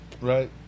right